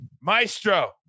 Maestro